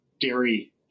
dairy